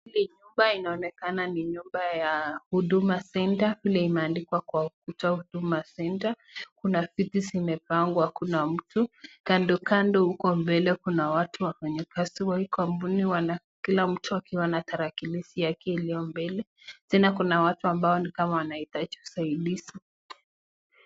Hii nyumba inaonekana ni nyumba ya Huduma Centre vile imeandikwa kwa ukuta Huduma Centre . Kuna viti zimepangwa hakuna mtu. Kando kando huko mbele kuna watu wafanyikazi wa hii kampuni wana kila mtu akiwa na tarakilishi yake iliyo mbele. Tena kuna watu ambao ni kama wanahitaji usaidizi.